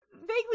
vaguely